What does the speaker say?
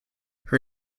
her